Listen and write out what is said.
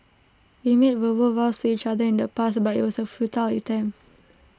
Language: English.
we made verbal vows to each other in the past but IT was A futile attempt